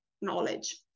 knowledge